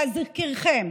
להזכירכם,